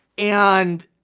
and